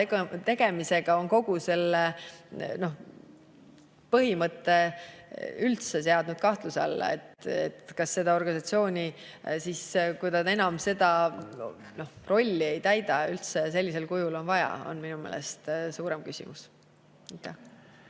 tegevustega on kogu selle põhimõtte üldse kahtluse alla seadnud. Kas seda organisatsiooni siis, kui see enam oma rolli ei täida, üldse sellisel kujul on vaja? See on minu meelest suurem küsimus.